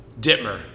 Dittmer